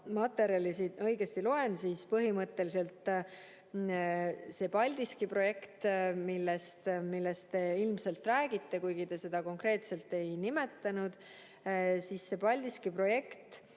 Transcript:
materjalist õigesti aru saan, siis põhimõtteliselt see Paldiski projekt, millest te ilmselt räägite, kuigi te seda konkreetselt ei nimetanud, on seda Euroopa